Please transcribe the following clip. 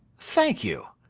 thank you!